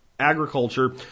agriculture